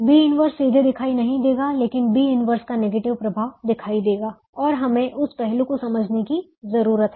B 1 सीधे दिखाई नहीं देगा लेकिन B 1 का नेगेटिव प्रभाव दिखाई देगा और हमें उस पहलू को समझने की जरूरत है